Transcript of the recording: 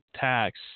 tax